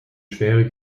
schwere